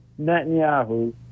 Netanyahu